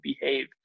behave